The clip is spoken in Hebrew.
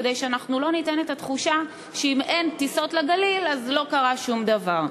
כדי שאנחנו לא ניתן את התחושה שאם אין טיסות לגליל אז לא קרה שום דבר.